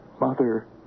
mother